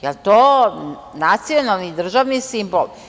Jel to nacionalni državni simbol?